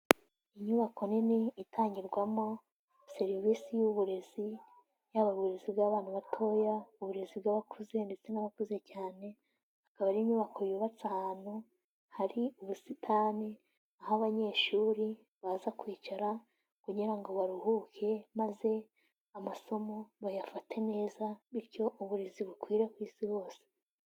Inyubako nini itangirwamo serivisi y'uburezi, yaba uburezi bw'abana batoya, uburezi bw'abakuze ndetse n'abakuze cyane, akaba ari inyubako yubatse ahantu hari ubusitani, aho abanyeshuri baza kwicara kugira ngo baruhuke, maze amasomo bayafate neza bityo uburezi bukwire ku isi hose.